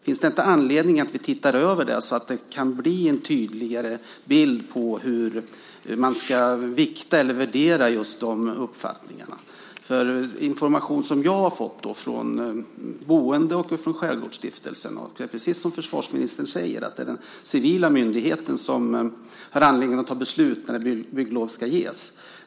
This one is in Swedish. Finns det inte anledning att vi tittar över detta så att det blir en tydligare bild av hur man ska vikta eller värdera just dessa uppfattningar? Jag har fått information från boende och från Skärgårdsstiftelsen. Det är precis som försvarsministern säger, att det är den civila myndigheten som har anledning att fatta beslut när bygglov ska ges.